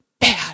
bad